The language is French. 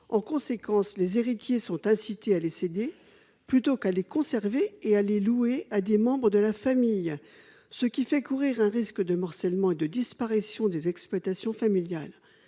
En conséquence, les héritiers sont incités à céder ce foncier, plutôt qu'à le conserver ou à le louer à des membres de la famille, ce qui fait courir un risque de morcellement et de disparition des exploitations familiales.